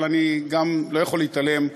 אבל אני גם לא יכול להתעלם,